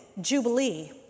Jubilee